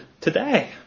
today